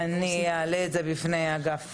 אני אעלה את זה בפני אגף